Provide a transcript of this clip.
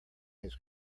his